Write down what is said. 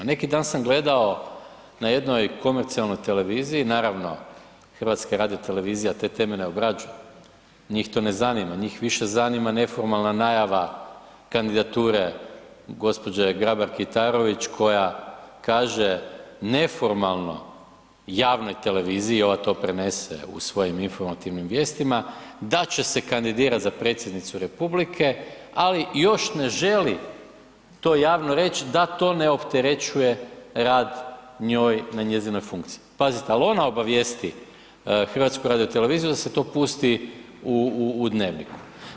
Neki dan sam gledao na jednoj komercijalnoj televiziji, naravno, HRT te teme ne obrađuje, njih to zanima, njih više zanima neformalna najava kandidature gđe. Grabar Kitarović koja kaže neformalno javnoj televiziji, ova to prenese u svojim informativnim vijestima, da će se kandidirati za Predsjednicu Republike ali i još ne želi to javno reći da to ne opterećuje rad njoj na njezinoj funkciji, pazite, ali ona obavijesti HRT da se to pusti u Dnevniku.